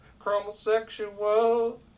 Chromosexual